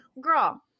girl